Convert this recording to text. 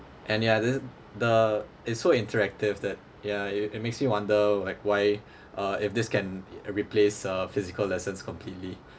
and ya thi~ the it's so interactive that ya it it makes you wonder like why uh if this can replace uh physical lessons completely